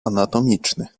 anatomiczny